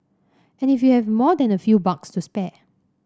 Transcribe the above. and if you have more than a few bucks to spare